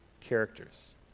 characters